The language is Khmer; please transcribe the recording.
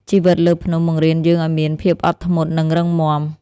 ជីវិតលើភ្នំបង្រៀនយើងឱ្យមានភាពអត់ធ្មត់ និងរឹងមាំ។